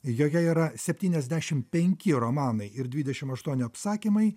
joje yra septyniasdešim penki romanai ir dvidešim aštuoni apsakymai